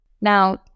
Now